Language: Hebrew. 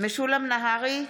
משולם נהרי,